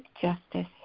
justice